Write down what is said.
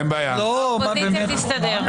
האופוזיציה תסתדר.